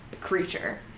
creature